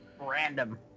Random